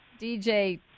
DJ